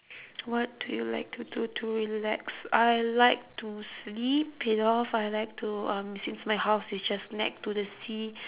what do you like to do to relax I like to sleep it off I like to um since my house is just next to the sea